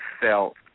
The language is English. felt